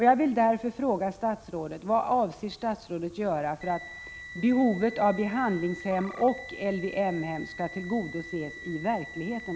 Jag vill därför fråga statsrådet: Vad avser statsrådet att göra för att behovet av behandlingshem och LVM-hem skall tillgodoses i verkligheten?